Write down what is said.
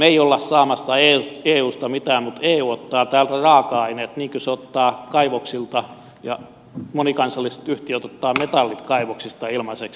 me emme ole saamassa eusta mitään mutta eu ottaa täältä raaka aineet niin kuin se ottaa kaivoksilta monikansalliset yhtiöt ottavat metallit kaivoksista ilmaiseksi